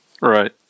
Right